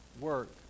work